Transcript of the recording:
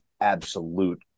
absolute